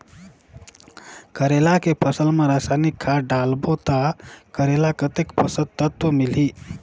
करेला के फसल मा रसायनिक खाद डालबो ता करेला कतेक पोषक तत्व मिलही?